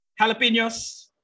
jalapenos